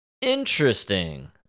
Interesting